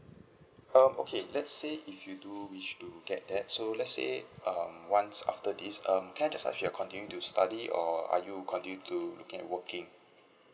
um okay let's say if you do wish to get that so let's say um once after this um can I just ask you're continue to study or are you continue to looking at working